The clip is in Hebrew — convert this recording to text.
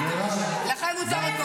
לכם מותר הכול.